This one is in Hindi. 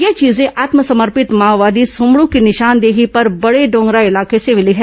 ये चीजें आत्मसमर्पित माओवादी सोमड़ू की निशानदेही पर बड़ेडोंगरा इलाके से मिली है